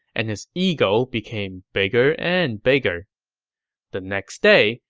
and his ego became bigger and bigger the next day,